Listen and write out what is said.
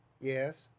Yes